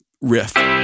riff